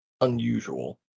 unusual